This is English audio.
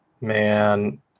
Man